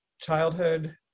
childhood